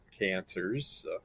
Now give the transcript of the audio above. cancers